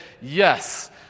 yes